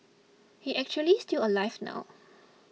he's actually still alive now